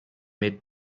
mid